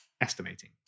estimating